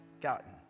gotten